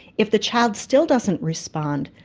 if the child still doesn't respond,